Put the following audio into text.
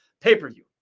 pay-per-view